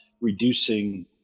reducing